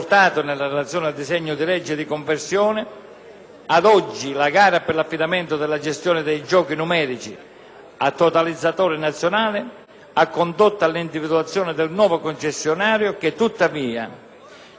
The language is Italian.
Enalotto. La gara per l'affidamento della gestione dei giochi numerici a totalizzatore nazionale ha condotto all'individuazione di un nuovo concessionario (SISAL S.p.A.) che, tuttavia, non può essere ancora nella pienezza delle